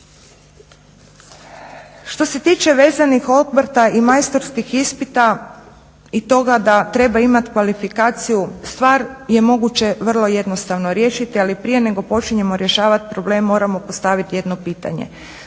Što se tiče vezanih obrta i majstorskih ispita i toga da treba imati kvalifikaciju stvar je moguće vrlo jednostavno riješiti, ali prije nego počinjemo rješavati problem moramo postaviti jedno pitanje.